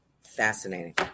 Fascinating